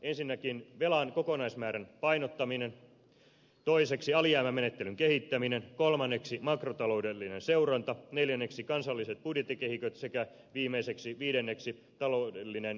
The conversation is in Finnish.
ensinnäkin velan kokonaismäärän painottaminen toiseksi alijäämämenettelyn kehittäminen kolmanneksi makrotaloudellinen seuranta neljänneksi kansalliset budjettikehikot sekä viidenneksi taloudellinen kriisinhallinta